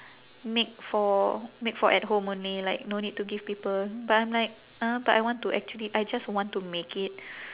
make for make for at home only like no need to give people but I'm like uh but I want to actually I just want to make it